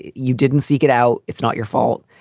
you didn't seek it out. it's not your fault.